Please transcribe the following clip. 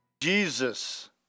Jesus